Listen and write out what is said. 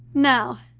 now,